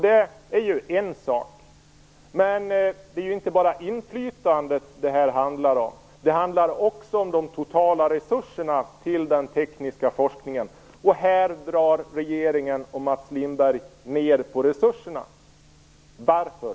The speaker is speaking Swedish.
Det är en sak, men det är inte bara inflytandet det handlar om. Det handlar också om de totala resurserna till den tekniska forskningen. Här drar regeringen och Mats Lindberg ned på resurserna. Varför?